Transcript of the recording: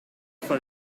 for